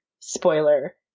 Spoiler